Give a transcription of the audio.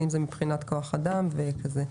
אם זה מבחינת כוח אדם וכדומה.